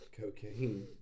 Cocaine